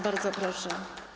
Bardzo proszę.